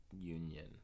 union